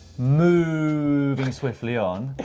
mooooving swiftly on,